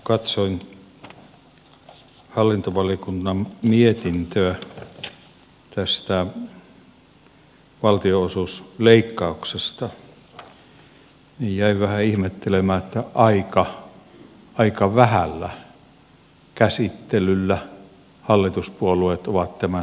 kun katsoin hallintovaliokunnan mietintöä tästä valtionosuusleikkauksesta niin jäin vähän ihmettelemään että aika vähällä käsittelyllä hallituspuolueet ovat tämän sivuuttaneet